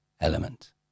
element